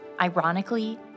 Ironically